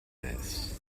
this